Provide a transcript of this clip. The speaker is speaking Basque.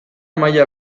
maila